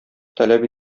таләп